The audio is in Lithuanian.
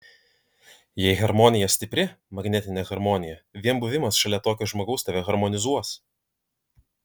jei harmonija stipri magnetinė harmonija vien buvimas šalia tokio žmogaus tave harmonizuos